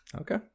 Okay